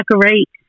decorate